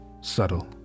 subtle